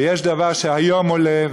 ויש דבר שהיום עולה,